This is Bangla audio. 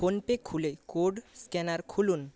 ফোন পে খুলে কোড স্ক্যানার খুলুন